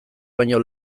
baino